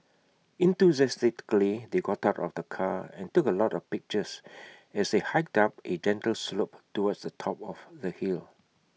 enthusiastically they got out of the car and took A lot of pictures as they hiked up A gentle slope towards the top of the hill